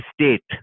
state